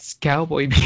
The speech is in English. cowboy